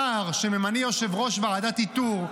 שר שממנה יושב-ראש ועדת איתור,